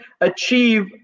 achieve